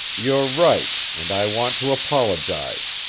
you're right, and i want to apologize.